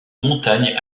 montagnes